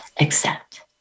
accept